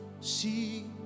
see